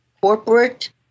corporate